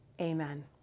Amen